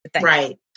Right